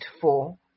four